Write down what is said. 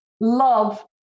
love